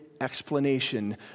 explanation